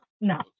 No